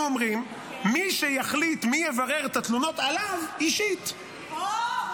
אומרים: מי שיחליט מי יברר את התלונות עליו אישית -- הו,